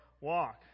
walk